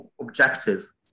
objective